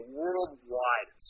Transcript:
worldwide